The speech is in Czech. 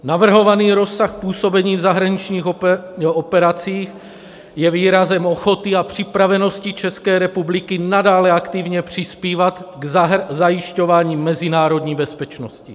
Navrhovaný rozsah působení v zahraničních operacích je výrazem ochoty a připravenosti České republiky nadále aktivně přispívat k zajišťování mezinárodní bezpečnosti.